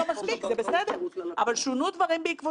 חשוב עצם העובדה שנעשתה עבודה כזו